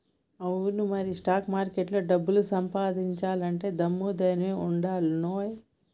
అవును మరి స్టాక్ మార్కెట్లో డబ్బు సంపాదించాలంటే దమ్ము ధైర్యం ఉండానోయ్